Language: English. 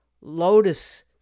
lotus